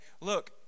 look